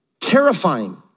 terrifying